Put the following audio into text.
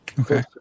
okay